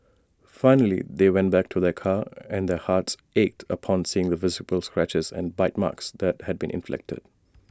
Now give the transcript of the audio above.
finally they went back to their car and their hearts ached upon seeing the visible scratches and bite marks that had been inflicted